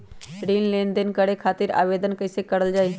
ऋण लेनदेन करे खातीर आवेदन कइसे करल जाई?